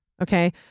Okay